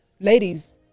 ladies